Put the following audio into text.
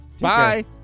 Bye